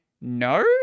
No